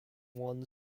one